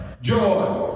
joy